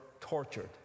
tortured